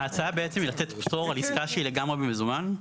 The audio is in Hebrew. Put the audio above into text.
ההצעה לתת פטור על עסקה שהיא לגמרי במזומן?